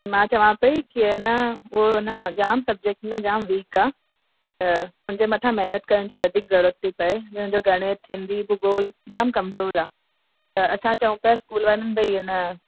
मां चवां पई की आहे न उहो आहे न जामु सब्जेक्ट में जामु वीक आहे त हुनजे मथां महनत करण जी वधीक ज़रूरत थी पए हुनजो गणित हिंदी भूगोल जामु कमज़ोर आहे त असां चऊं पिया स्कूल वारनि भई आहिनि